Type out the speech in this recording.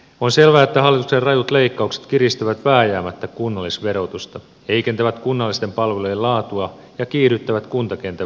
on selvää että hallituksen rajut leikkaukset kiristävät vääjäämättä kunnallisverotusta heikentävät kunnallisten palvelujen laatua ja kiihdyttävät kuntakentän velkaantumista